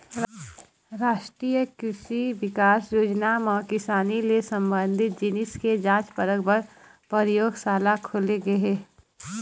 रास्टीय कृसि बिकास योजना म किसानी ले संबंधित जिनिस के जांच परख पर परयोगसाला खोले गे हे